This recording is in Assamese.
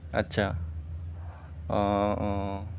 আচ্ছা অঁ অঁ